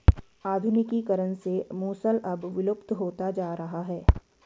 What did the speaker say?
आधुनिकीकरण से मूसल अब विलुप्त होता जा रहा है